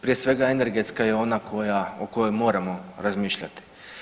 Prije svega energetska je ona o kojoj moramo razmišljati.